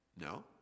No